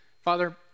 father